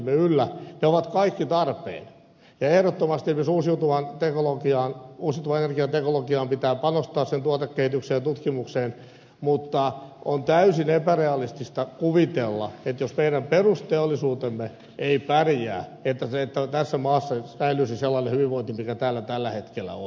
ne ovat kaikki tarpeen ja ehdottomasti esimerkiksi uusiutuvan energian teknologiaan pitää panostaa sen tuotekehitykseen ja tutkimukseen mutta on täysin epärealistista kuvitella että jos meidän perusteollisuutemme ei pärjää tässä maassa säilyisi sellainen hyvinvointi mikä täällä tällä hetkellä on